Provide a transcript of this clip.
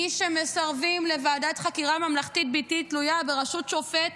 מי שמסרבים לוועדת חקירה ממלכתית בלתי תלויה בראשות שופט